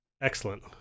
Excellent